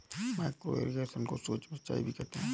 micro irrigation को सूक्ष्म सिंचाई भी कहते हैं